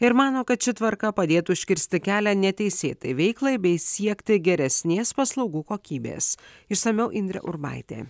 ir mano kad ši tvarka padėtų užkirsti kelią neteisėtai veiklai bei siekti geresnės paslaugų kokybės išsamiau indrė urbaitė